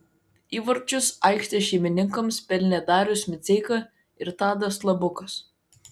įvarčius aikštės šeimininkams pelnė darius miceika ir tadas labukas